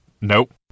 Nope